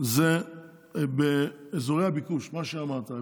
זה באזורי הביקוש, מה שאמרת.